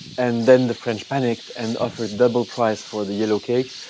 and then, the french panicked and offered double price for the yellow cake,